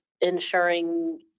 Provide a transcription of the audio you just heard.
ensuring